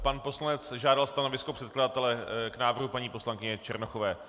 Pan poslanec žádal stanovisko předkladatele k návrhu paní poslankyně Černochové.